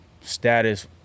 status